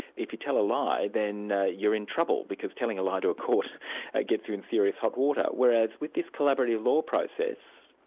if you tell a lie, then you're in trouble, because telling a lie to a court gets you in serious hot water whereas with this collaborative law process,